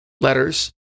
letters